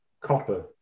copper